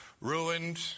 ruined